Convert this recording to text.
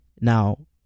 Now